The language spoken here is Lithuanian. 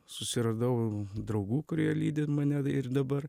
susiradau draugų kurie lydi mane ir dabar